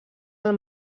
del